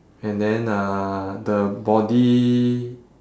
and then uh the body